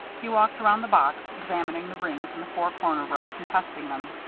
he walked around the box, examining the rings and the four corner ropes, and testing them.